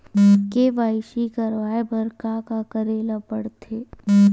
KYC करवाय बर का का करे ल पड़थे?